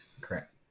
Correct